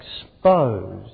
expose